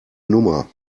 nummer